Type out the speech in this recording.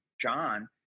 John